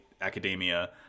Academia